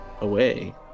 away